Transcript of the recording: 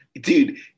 dude